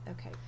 okay